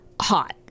hot